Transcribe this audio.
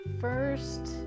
first